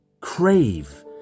crave